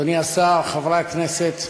אדוני השר, חברי הכנסת,